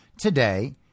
today